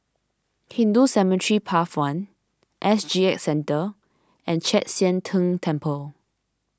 Hindu Cemetery Path one S G X Centre and Chek Sian Tng Temple